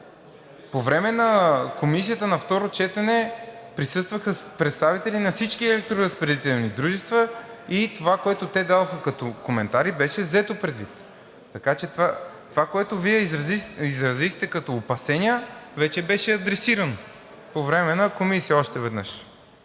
По време на Комисията на второ четене присъстваха представители на всички електроразпределителни дружества и това, което те дадоха като коментари, беше взето предвид. Така че това, което Вие изразихте като опасения, вече беше адресирано по време на Комисията още веднъж.